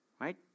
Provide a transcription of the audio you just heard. Right